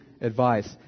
advice